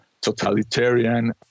totalitarian